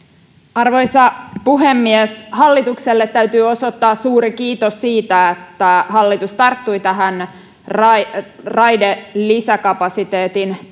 arvoisa puhemies hallitukselle täytyy osoittaa suuri kiitos siitä että hallitus tarttui tähän raidelisäkapasiteetin